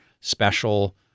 special